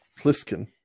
Pliskin